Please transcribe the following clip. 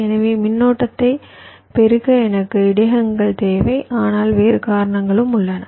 எனவே மின்னோட்டத்தை பெருக்க எனக்கு இடையகங்கள் தேவை ஆனால் வேறு காரணங்களும் உள்ளன